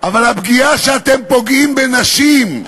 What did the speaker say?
אבל הפגיעה שאתם פוגעים בנשים,